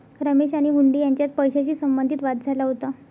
रमेश आणि हुंडी यांच्यात पैशाशी संबंधित वाद झाला होता